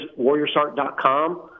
warriorsart.com